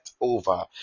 over